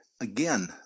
again